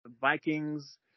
Vikings